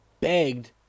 begged